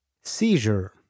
seizure